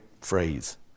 phrase